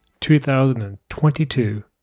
2022